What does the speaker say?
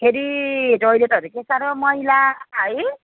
फेरि टोइलेट हेरेको साह्रै मैला है